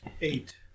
Eight